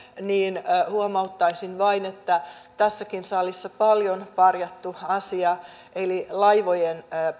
niin huomauttaisin vain että tässäkin salissa paljon parjattu asia eli laivojen